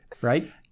right